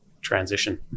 transition